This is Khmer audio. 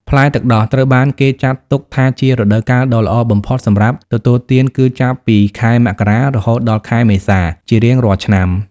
ផ្លែទឹកដោះត្រូវបានគេចាត់ទុកថាជារដូវកាលដ៏ល្អបំផុតសម្រាប់ទទួលទានគឺចាប់ពី ខែមករា រហូតដល់ខែមេសា ជារៀងរាល់ឆ្នាំ។